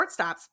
shortstops